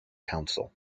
council